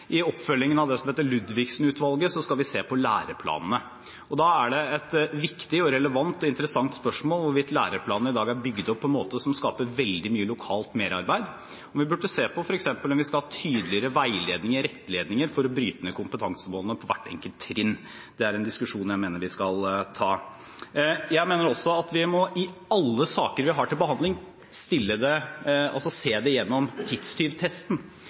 I oppfølgingen av det som heter Ludvigsen-utvalget, skal vi se på læreplanene, og da er det et viktig, relevant og interessant spørsmål hvorvidt læreplanene i dag er bygget opp på en måte som skaper veldig mye lokalt merarbeid. Vi burde se på f.eks. om vi skal ha tydeligere veiledninger, rettledninger, for å bryte ned kompetansemålene på hvert enkelt trinn. Det er en diskusjon jeg mener vi skal ta. Jeg mener også at vi i alle saker vi har til behandling, må se det gjennom tidstyvtesten.